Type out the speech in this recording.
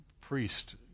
priest